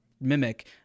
mimic